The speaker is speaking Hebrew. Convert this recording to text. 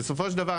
בסופו של דבר,